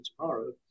tomorrow